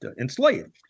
enslaved